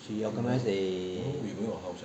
she organise a